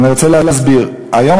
אני רוצה להסביר: היום,